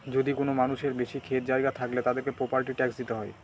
যদি কোনো মানুষের বেশি ক্ষেত জায়গা থাকলে, তাদেরকে প্রপার্টি ট্যাক্স দিতে হয়